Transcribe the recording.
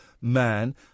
man